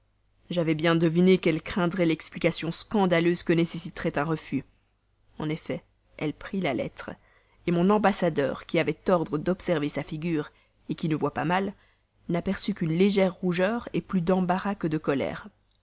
j'avais bien deviné qu'elle craindrait l'explication scandaleuse que nécessiterait un refus en effet elle prit la lettre mon ambassadeur qui avait ordre d'observer sa figure qui ne voit pas mal n'aperçut qu'une légère rougeur plus d'embarras que de colère